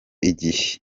igihe